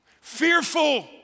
fearful